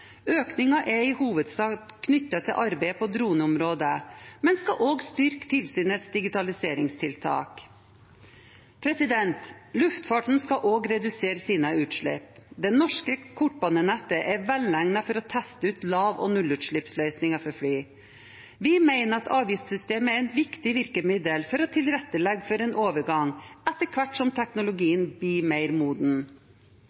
er i hovedsak knyttet til arbeidet på droneområdet, men skal også styrke tilsynets digitaliseringstiltak. Luftfarten skal også redusere sine utslipp. Det norske kortbanenettet er velegnet for å teste ut lav- og nullutslippsløsninger for fly. Vi mener at avgiftssystemet er et viktig virkemiddel for å tilrettelegge for en overgang, etter hvert som teknologien